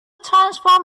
transform